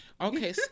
Okay